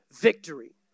victory